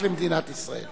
רק למדינת ישראל.